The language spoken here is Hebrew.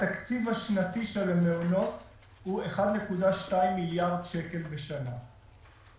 התקציב השנתי של המעונות הוא 1.2 מיליארד שקל בשנה.